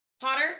Potter